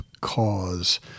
cause